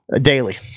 Daily